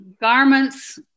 garments